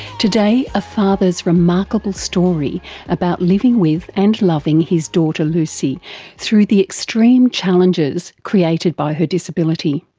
today a father's remarkable story about living with and loving his daughter lucy through the extreme challenges created by her disability.